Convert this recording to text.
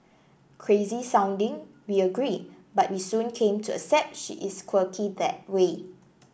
crazy sounding we agree but we soon came to accept she is quirky that way